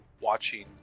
watching